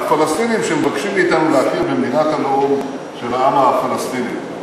שהפלסטינים שמבקשים מאתנו להכיר במדינת הלאום של העם הפלסטיני,